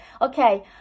okay